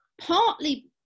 partly